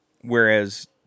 whereas